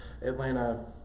Atlanta